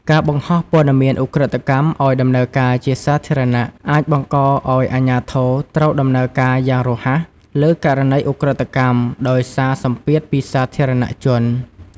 ការបង្ហោះព័ត៌មានឧក្រិដ្ឋកម្មឲ្យ ដំណើរការជាសាធារណៈអាចបង្កឱ្យអាជ្ញាធរត្រូវដំណើរការយ៉ាងរហ័ស លើករណីឧក្រិដ្ឋកម្ម ដោយសារសម្ពាធពីសាធារណជន។